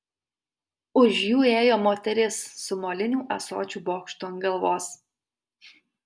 už jų ėjo moteris su molinių ąsočių bokštu ant galvos